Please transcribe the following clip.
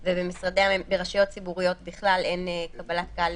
וברשויות ציבוריות בכלל אין קבלת קהל,